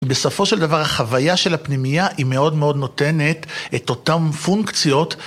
בסופו של דבר החוויה של הפנימייה היא מאוד מאוד נותנת את אותן פונקציות